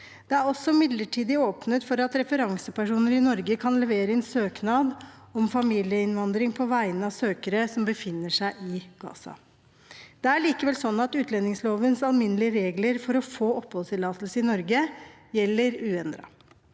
Det er også midlertidig åpnet for at referansepersoner i Norge kan levere inn søknad om familieinnvandring på vegne av søkere som befinner seg i Gaza. Det er likevel slik at utlendingslovens alminnelige regler for å få oppholdstillatelse i Norge gjelder uendret.